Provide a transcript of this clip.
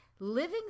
living